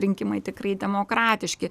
rinkimai tikrai demokratiški